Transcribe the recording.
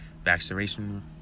Vaccination